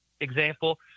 example